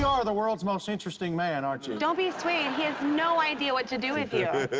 are the world's most interesting man, aren't you? don't be swayed. he has no idea what to do with you.